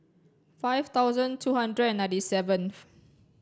five thousand two hundred and ninety seventh